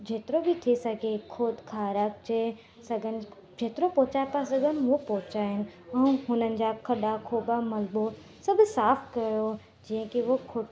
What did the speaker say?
जेतिरो बि थी सघे खोद खाराचे सदन जेतिरो पहुंचाए पिया सघनि उहो ऐं हुननि जा खॾा खोॿा मलबो सभु साफ कयो जीअं की उहो खुदि